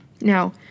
Now